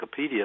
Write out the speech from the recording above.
Wikipedia